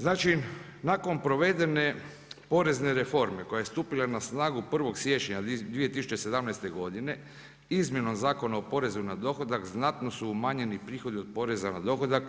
Znači, nakon provedene porezne reforme koja je stupila na snagu 1. siječnja 2017. godine izmjenom Zakona o porezu na dohodak znatno su umanjeni prihodi od poreza na dohodak